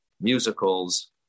musicals